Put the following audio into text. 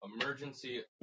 emergency